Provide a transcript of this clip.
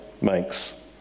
makes